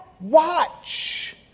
watch